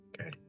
Okay